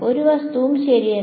ഒരു വസ്തുവും ശരിയല്ല